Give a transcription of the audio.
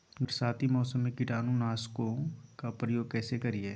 बरसाती मौसम में कीटाणु नाशक ओं का प्रयोग कैसे करिये?